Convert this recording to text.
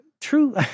true